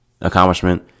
accomplishment